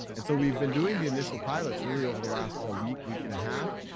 and so we've been doing the initial pilots really over the last ah week, week and a half,